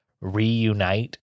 reunite